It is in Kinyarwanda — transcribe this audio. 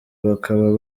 bakaba